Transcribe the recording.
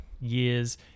years